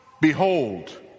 Behold